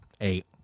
Eight